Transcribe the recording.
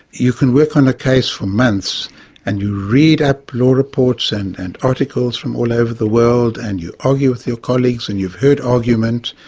you can work on a case for months and you read up your reports and and articles from all over the world and you argue with your colleagues, and you've heard argument.